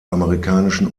amerikanischen